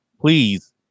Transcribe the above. please